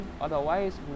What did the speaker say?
otherwise